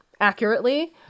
accurately